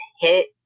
hit